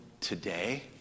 today